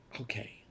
Okay